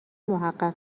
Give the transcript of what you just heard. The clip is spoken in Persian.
محقق